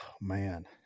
man